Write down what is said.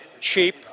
cheap